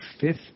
fifth